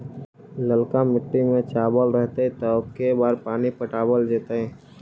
ललका मिट्टी में चावल रहतै त के बार पानी पटावल जेतै?